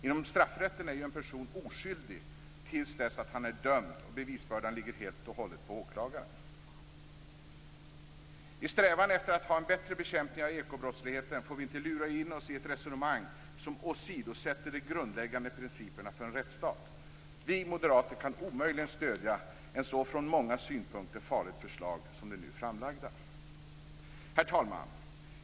Inom straffrätten är ju en person oskyldig till dess att han är dömd, och bevisbördan ligger helt och hållet på åklagaren. I strävan efter en bättre bekämpning av ekobrottsligheten får vi inte lura in oss i ett resonemang som åsidosätter de grundläggande principerna för en rättsstat. Vi moderater kan omöjligen stödja ett från många synpunkter så farligt förslag som det nu framlagda. Herr talman!